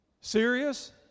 serious